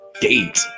date